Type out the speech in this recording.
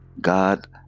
God